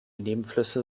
nebenflüsse